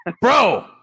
Bro